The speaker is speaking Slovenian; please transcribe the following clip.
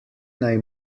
naj